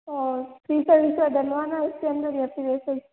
और शीशा वीशा डलवाना है उसके अंदर या फिर ऐसा ही